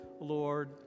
Lord